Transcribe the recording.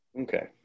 Okay